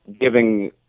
giving